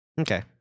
Okay